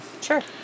Sure